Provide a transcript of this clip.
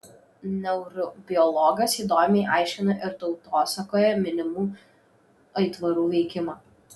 neurobiologas įdomiai aiškina ir tautosakoje minimų aitvarų veikimą